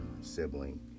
sibling